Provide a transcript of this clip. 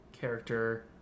character